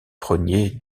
preniez